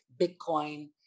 Bitcoin